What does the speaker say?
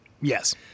Yes